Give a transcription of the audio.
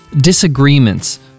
disagreements